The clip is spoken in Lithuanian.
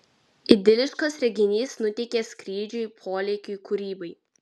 idiliškas reginys nuteikia skrydžiui polėkiui kūrybai